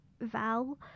Val